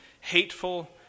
hateful